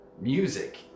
music